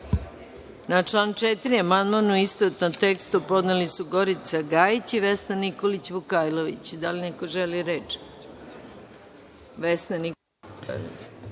član 4. amandman u istovetnom tekstu podneli su Gorica Gajić i Vesna Nikolić Vukajlović. Da li neko želi reč? Reč ima